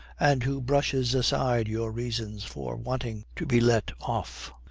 and who brushes aside your reasons for wanting to be let off.